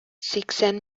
сиксән